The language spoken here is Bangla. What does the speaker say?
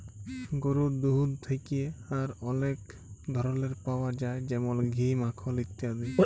গরুর দুহুদ থ্যাকে আর অলেক ধরলের পাউয়া যায় যেমল ঘি, মাখল ইত্যাদি